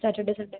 Saturday Sunday